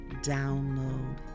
download